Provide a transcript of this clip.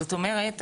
זאת אומרת,